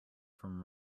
from